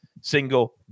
single